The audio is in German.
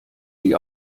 die